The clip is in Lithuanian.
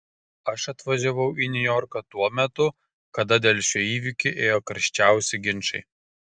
aš atvažiavau į niujorką tuo metu kada dėl šio įvykio ėjo karščiausi ginčai